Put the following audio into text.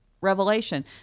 revelation